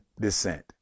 descent